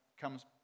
comes